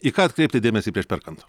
į ką atkreipti dėmesį prieš perkant